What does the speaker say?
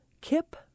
Kip